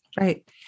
Right